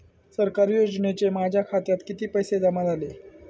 सरकारी योजनेचे माझ्या खात्यात किती पैसे जमा झाले?